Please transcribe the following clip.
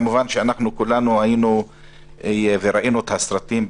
כמובן שכולנו היינו וראינו את הסרטים,